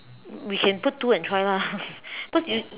we can put two and try lah but you